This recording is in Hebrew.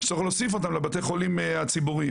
שצריך להוסיף אותם לבתי החולים הציבוריים.